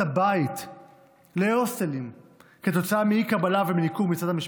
הבית להוסטלים כתוצאה מאי-קבלה ומניכור מצד המשפחה.